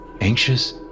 anxious